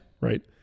Right